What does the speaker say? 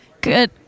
Good